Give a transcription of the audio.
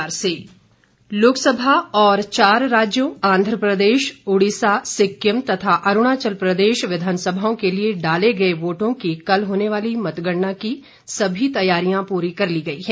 मतगणना लोकसभा और चार राज्यों आंध्र प्रदेश ओडीसा सिक्किम तथा अरूणाचल प्रदेश विधानसभाओं के लिए डाले गए वोटों की कल होने वाली मतगणना की सभी तैयारियां पूरी कर ली गई हैं